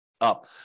Up